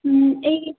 ହୁଁ ଏଇ